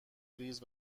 ریز